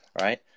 right